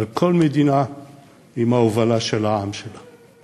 אבל כל מדינה עם ההובלה של העם שלה.